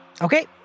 Okay